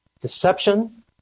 deception